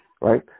right